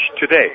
today